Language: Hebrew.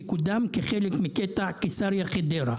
שקודם כחלק מקטע קיסריה-חדרה.